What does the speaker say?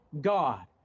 God